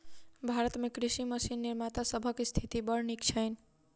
भारत मे कृषि मशीन निर्माता सभक स्थिति बड़ नीक छैन